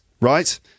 right